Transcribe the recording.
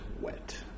wet